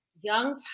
Young